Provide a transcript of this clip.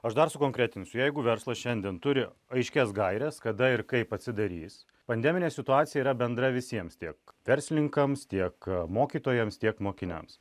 aš dar sukonkretinsiu jeigu verslas šiandien turi aiškias gaires kada ir kaip atsidarys pandeminė situacija yra bendra visiems tiek verslininkams tiek mokytojams tiek mokiniams